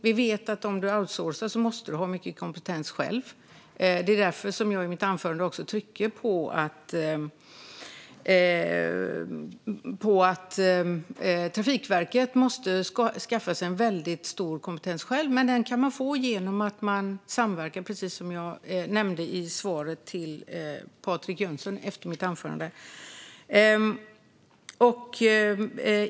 Vi vet att om man outscourcar måste man själv ha mycket kompetens. Det var därför som jag i mitt anförande tryckte på att Trafikverket måste skaffa sig en väldigt stor kompetens, men den kan man få genom att samverka, precis som jag nämnde i repliken till Patrik Jönsson efter mitt anförande.